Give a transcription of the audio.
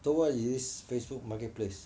so why you use Facebook marketplace